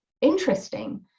interesting